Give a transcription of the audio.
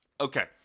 Okay